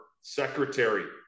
secretary